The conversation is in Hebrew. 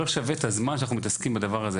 לא שווה את הזמן שאנחנו מתעסקים עם הדבר הזה